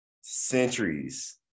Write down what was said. centuries